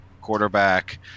quarterback